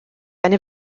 eine